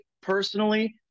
personally